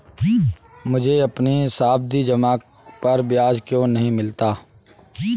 मुझे अपनी सावधि जमा पर ब्याज क्यो नहीं मिला?